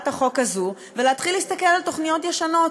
החוק הזו ולהתחיל להסתכל על תוכניות ישנות,